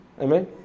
Amen